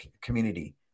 community